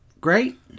Great